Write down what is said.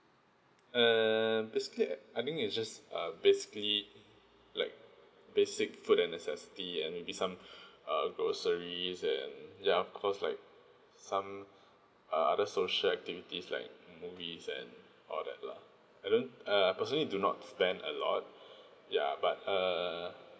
err basically I I think it's just uh basically like basic food and necessity and maybe some err groceries and ya of course like some uh other social activities like movies and all that lah I don't uh personally do not spend a lot ya but uh